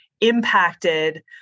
impacted